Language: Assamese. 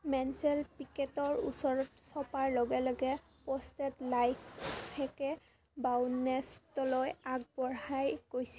মেনছেল পিকেটৰ ওচৰ চপাৰ লগে লগে প্ৰ'ষ্টে লাহেকৈ বউছেনতকৈ আগবাঢ়ি গৈছিল